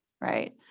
right